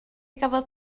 gafodd